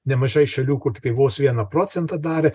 nemažai šalių kur tiktai vos vieną procentą davė